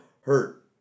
hurt